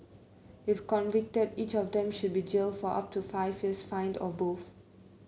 if convicted each of them should be jailed for up to five years fined or both